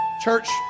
Church